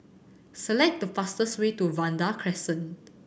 select the fastest way to Vanda Crescent